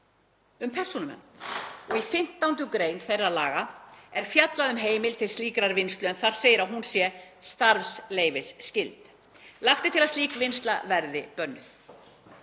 um persónuvernd og í 15. gr. þeirra laga er fjallað um heimild til slíkrar vinnslu en þar segir að hún sé starfsleyfisskyld. Lagt er til að slík vinnsla verði bönnuð.